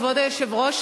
כבוד היושב-ראש,